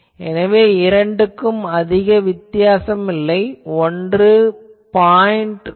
எனவே இரண்டுக்கும் அதிக வித்தியாசமில்லை ஒன்று 0